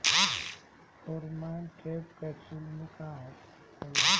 Pheromone trap capsule में का होला?